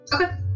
Okay